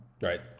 Right